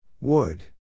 Wood